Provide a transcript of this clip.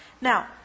Now